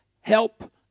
help